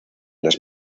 las